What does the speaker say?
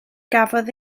gafodd